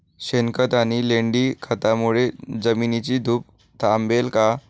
शेणखत आणि लेंडी खतांमुळे जमिनीची धूप थांबेल का?